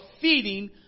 feeding